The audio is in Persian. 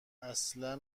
اصلا